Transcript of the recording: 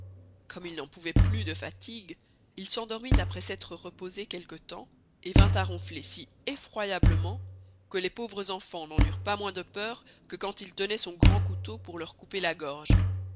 comme il n'en pouvoit plus de fatigue il s'endormit aprés s'estre reposé quelque temps et vint à ronfler si effroyablement que les pauvres enfans n'eurent pas moins de peur que quand il tenoit son grand couteau pour leur couper la gorge